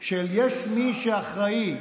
של יש מי שאחראי,